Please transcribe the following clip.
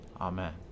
Amen